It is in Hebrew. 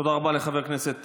תודה רבה לחבר הכנסת